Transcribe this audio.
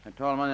Herr talman!